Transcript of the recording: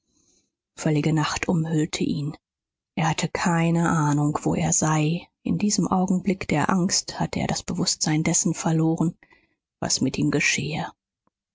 völlige nacht umhüllte ihn er hatte keine ahnung wo er sei in diesem augenblick der angst hatte er das bewußtsein dessen verloren was mit ihm geschehe